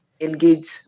engage